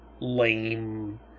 lame